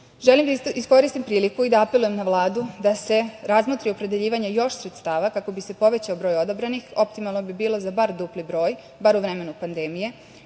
da iskoristim priliku da apelujem na Vladu da se razmotri opredeljivanje još sredstava kako bi se povećao broj odabranih, optimalno bi bilo za bar dupli broj, bar u vremenu pandemije